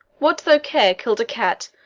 what though care killed a cat,